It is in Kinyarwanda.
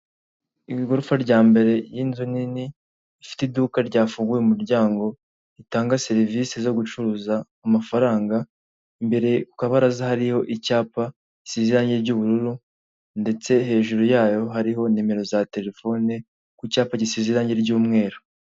Igorofa rya mbere y'inzu nini ifite iduka ryafunguye umuryango ritanga serivisi zo gucuruza amafaranga imbere kabaraza hariho icyapa gisiranye ry'ubururu ndetse hejuru yayo hariho nimero za telefone ku cyapa gisize irange ry'umweru.